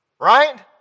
right